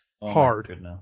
hard